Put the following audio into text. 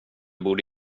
borde